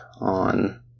on